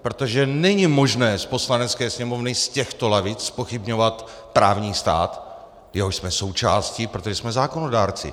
Protože není možné z Poslanecké sněmovny, z těchto lavic zpochybňovat právní stát, jehož jsme součástí, protože jsme zákonodárci.